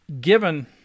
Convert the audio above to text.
given